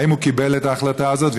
האם הוא קיבל את ההחלטה הזאת?